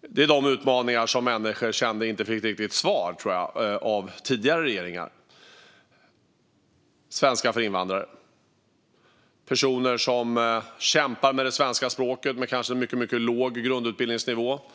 Det är de utmaningar som jag tror att människor känner inte riktigt fick något svar av tidigare regeringar. Det handlar om svenska för invandrare och personer som kanske har en mycket låg grundutbildning och som kämpar med det svenska språket.